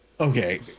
Okay